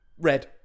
red